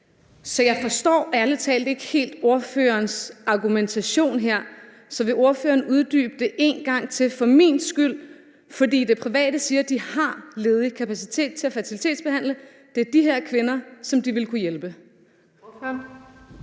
Så jeg forstår ærlig talt ikke helt ordførerens argumentation her. Vil ordføreren uddybe det en gang til for min skyld? For det private siger, at de har ledig kapacitet til at fertilitetsbehandle, og det er de her kvinder, som de ville kunne hjælpe. Kl.